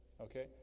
Okay